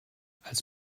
als